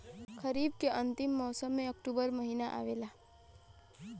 खरीफ़ के अंतिम मौसम में अक्टूबर महीना आवेला?